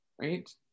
right